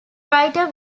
writer